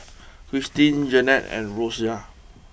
Christeen Janey and Rosia